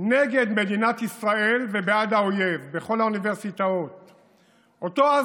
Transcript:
נגד מדינת ישראל ובעד האויב בכל האוניברסיטאות.